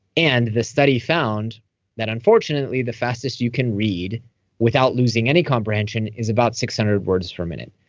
and the study found that, unfortunately, the fastest you can read without losing any comprehension is about six hundred words per minute.